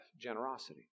generosity